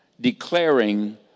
declaring